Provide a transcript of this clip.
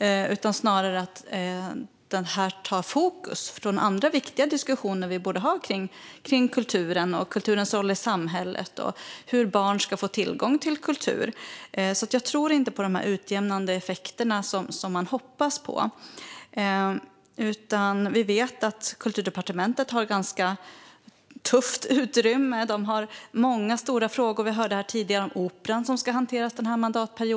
Jag tror snarare att det tar fokus från andra, viktiga, diskussioner vi borde ha om kulturen, om kulturens roll i samhället och om hur barn ska få tillgång till kultur. Jag tror inte på de utjämnande effekter som man hoppas på. Vi vet att Kulturdepartementet har det ganska tufft och inte har så mycket utrymme. De har många stora frågor som ska hanteras den här mandatperioden, till exempel Operan, som vi hörde om här tidigare.